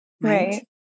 right